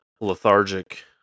lethargic